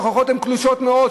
ההוכחות קלושות מאוד,